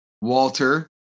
Walter